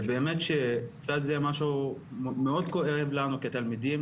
באמת שזה משהו מאוד כואב לנו כתלמידים